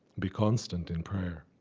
be constant in prayer.